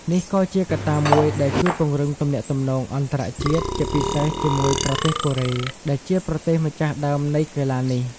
នេះក៏ជាកត្តាមួយដែលជួយពង្រឹងទំនាក់ទំនងអន្តរជាតិ ជាពិសេសជាមួយប្រទេសកូរ៉េ ដែលជាប្រទេសម្ចាស់ដើមនៃកីឡានេះ។